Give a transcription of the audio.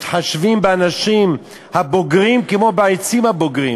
מתחשבים באנשים הבוגרים כמו בעצים הבוגרים.